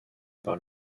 par